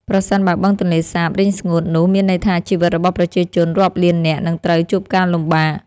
ប្រសិនបើបឹងទន្លេសាបរីងស្ងួតនោះមានន័យថាជីវិតរបស់ប្រជាជនរាប់លាននាក់នឹងត្រូវជួបការលំបាក។